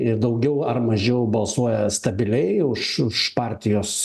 ir daugiau ar mažiau balsuoja stabiliai už už partijos